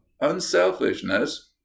Unselfishness